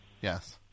Yes